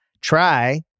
Try